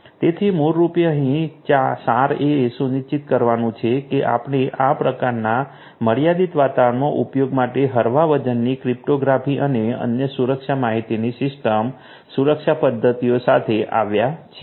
તેથી મૂળરૂપે અહીં સાર એ સુનિશ્ચિત કરવાનું છે કે આપણે આ પ્રકારના મર્યાદિત વાતાવરણમાં ઉપયોગ માટે હળવા વજનની ક્રિપ્ટોગ્રાફિક અને અન્ય સુરક્ષા માહિતી સિસ્ટમ સુરક્ષા પદ્ધતિઓ સાથે આવ્યા છીએ